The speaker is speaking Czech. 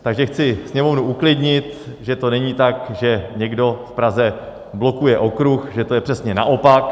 Takže chci Sněmovnu uklidnit, že to není tak, že někdo v Praze blokuje okruh, že to je přesně naopak.